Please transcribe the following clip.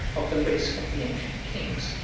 of the race of the ancient kings,